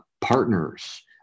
partners